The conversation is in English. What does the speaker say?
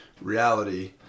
reality